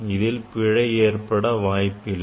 இதில் பிழை ஏற்பட வாய்ப்பில்லை